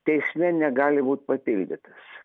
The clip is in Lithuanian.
teisme negali būt papildytas